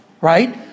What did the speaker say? right